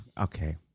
Okay